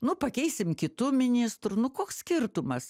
nu pakeisim kitu ministru nu koks skirtumas